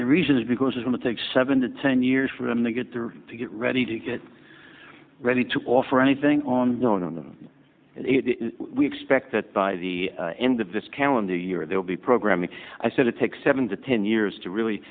the reason is because it will take seven to ten years for them to get through to get ready to get ready to offer anything on their own we expect that by the end of this calendar year they will be programming i said it takes seven to ten years to really